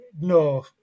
no